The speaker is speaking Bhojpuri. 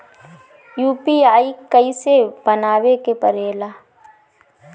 यू.पी.आई कइसे बनावे के परेला?